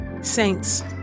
Saints